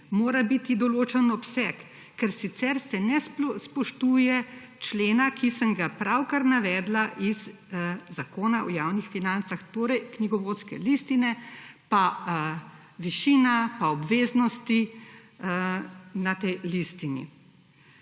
mora biti določen obseg, ker sicer se ne spoštuje člena, ki sem ga pravkar navedla iz Zakona o javnih financah, torej knjigovodske listine, pa višina, pa obveznosti, na tej listini.